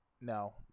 no